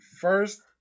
first